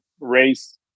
race